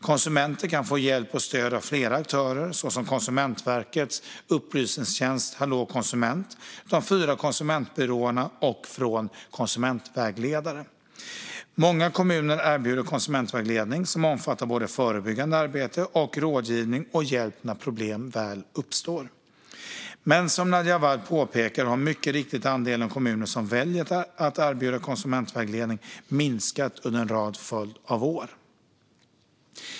Konsumenter kan få hjälp och stöd av flera aktörer, såsom Konsumentverkets upplysningstjänst Hallå konsument, de fyra konsumentbyråerna och konsumentvägledare. Många kommuner erbjuder konsumentvägledning som omfattar både förebyggande arbete och rådgivning och hjälp när problem väl uppstår. Men som Nadja Awad påpekar har mycket riktigt andelen kommuner som väljer att erbjuda konsumentvägledning minskat under en följd av år.